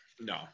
No